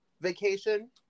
vacation